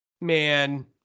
man